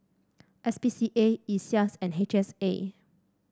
S P C A Iseas and H S A